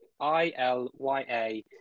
I-L-Y-A